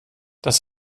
das